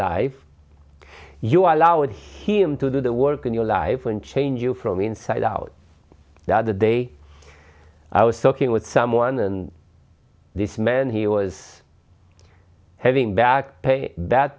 life you are allowing him to do the work in your life and change you from the inside out the other day i was talking with someone and this man he was having back pain that